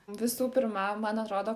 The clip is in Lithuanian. visų pirma man atrodo